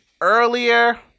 earlier